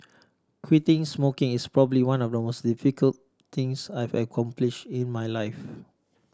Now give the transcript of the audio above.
quitting smoking is probably one of the most difficult things I've accomplished in my life